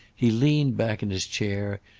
he leaned back in his chair,